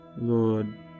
Lord